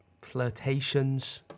flirtations